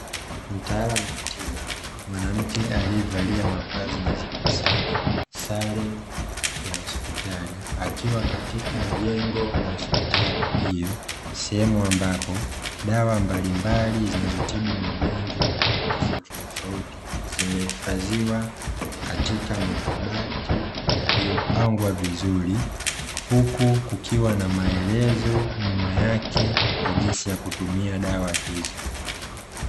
Mtaalamu wa tiba mwanamke aliyevalia mavazi nadhifu sana (sare za hospitali) akiwa katika jengo la hospitali hiyo, sehemu ambapo dawa mbalimbali zinazotibu magonjwa tofautitofauti zimehifadhiwa katika makabati yaliyopangwa vizuri; huku kukiwa na maelezo nyuma yake jinsi ya kutumia dawa hizo.